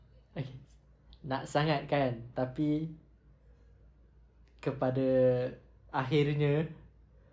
okay nak sangat kan tapi kepada akhirnya